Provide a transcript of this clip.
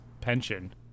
pension